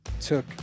took